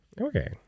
Okay